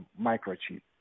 microchip